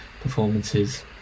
performances